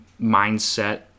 mindset